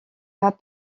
pas